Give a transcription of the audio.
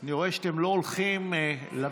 אני רואה שאתם לא הולכים למרפאה,